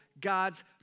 God's